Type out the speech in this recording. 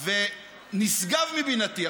ונשגב מבינתי.